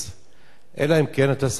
אלא אם כן אתה שם אותו בפריג'ידר,